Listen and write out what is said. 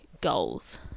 goals